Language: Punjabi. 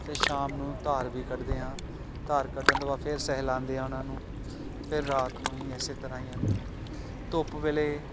ਫਿਰ ਸ਼ਾਮ ਨੂੰ ਧਾਰ ਵੀ ਕੱਢਦੇ ਹਾਂ ਧਾਰ ਕੱਢਣ ਤੋਂ ਬਾਅਦ ਫਿਰ ਸਹਿਲਾਉਂਦੇ ਹਾਂ ਉਹਨਾਂ ਨੂੰ ਫਿਰ ਰਾਤ ਨੂੰ ਵੀ ਇਸੇ ਤਰ੍ਹਾਂ ਹੀ ਧੁੱਪ ਵੇਲੇ